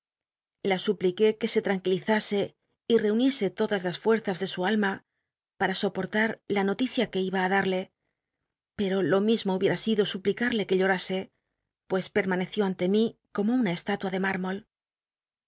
la supl iqu que se tmnqoilizasc y rcunicsc toda las fucrzas de su alma pal'a soportar la noticia que iba í darle pero lo mismo hubiera sido suplica rle que llorasc pues pcrmancció ante mí como una eslatua de